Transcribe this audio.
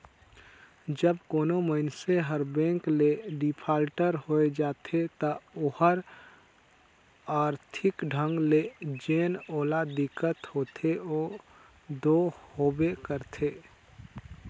जब कोनो मइनसे हर बेंक ले डिफाल्टर होए जाथे ता ओहर आरथिक ढंग ले जेन ओला दिक्कत होथे ओ दो होबे करथे